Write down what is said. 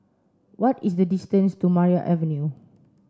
what is the distance to Maria Avenue